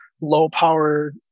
low-power